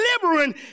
delivering